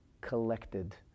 collected